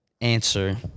answer